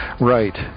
Right